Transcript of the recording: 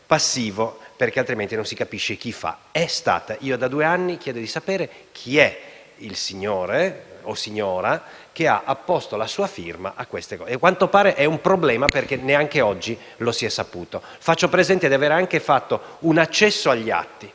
passivo perché altrimenti non si capisce chi fa. «È stata»: io da due anni chiedo di sapere chi è il signore o la signora che ha apposto la sua firma a questa proroga. A quanto pare è un problema, perché neanche oggi è stato possibile saperlo. Faccio presente di avere anche fatto un accesso agli atti,